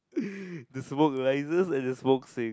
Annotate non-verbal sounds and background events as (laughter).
(laughs) the smoke rises and the smoke sinks